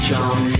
John